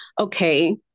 okay